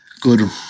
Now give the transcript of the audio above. good